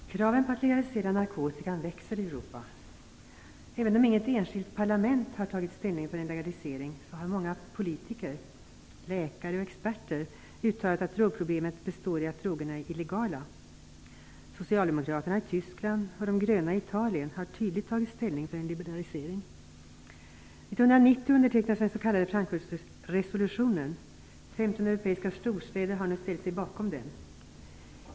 Herr talman! Kraven på att legalisera narkotikan växer i Europa. Även om inget enskilt parlament har tagit ställning för en legalisering har många politiker, läkare och experter uttalat att drogproblemet består i att drogerna är illegala. Socialdemokraterna i Tyskland och de gröna i Italien har tydligt tagit ställning för en liberalisering. Frankfurtresolutionen. 15 europeiska storstäder har nu ställt sig bakom den.